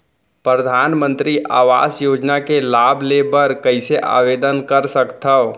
परधानमंतरी आवास योजना के लाभ ले बर कइसे आवेदन कर सकथव?